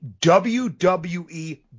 WWE